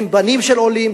הם בנים של עולים,